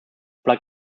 plug